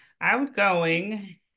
outgoing